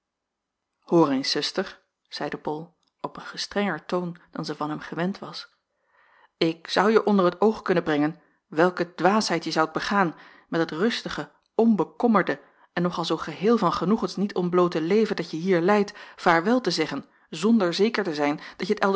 eens zuster zeide bol op een gestrenger toon dan zij van hem gewend was ik zou je onder t oog kunnen brengen welke dwaasheid je zoudt begaan met het rustige onbekommerde en nog al zoo geheel van genoegens niet ontbloote leven dat je hier leidt vaarwel te zeggen zonder zeker te zijn dat je t